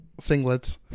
singlets